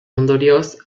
ondorioz